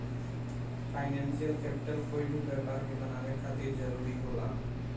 financial capital कोई भी व्यापार के बनावे खातिर जरूरी होला